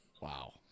Wow